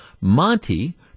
Monty